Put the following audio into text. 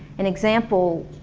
an example.